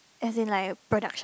as in like production